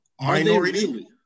minority